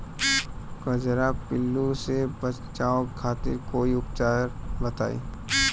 कजरा पिल्लू से बचाव खातिर कोई उपचार बताई?